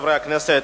חברי הכנסת,